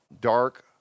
dark